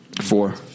four